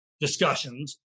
discussions